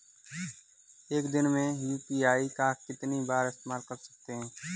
एक दिन में यू.पी.आई का कितनी बार इस्तेमाल कर सकते हैं?